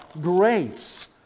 grace